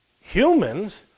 Humans